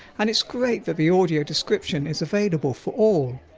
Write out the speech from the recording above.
and it's great that the audio description is available for all.